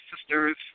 sisters